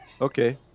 Okay